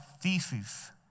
thesis